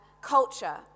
culture